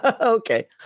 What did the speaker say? Okay